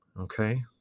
Okay